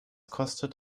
kostet